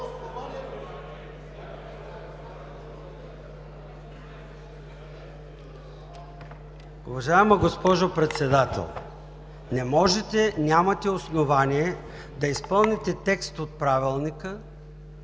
Уважаема госпожо Председател, нямате основание да изпълните текст от Правилника,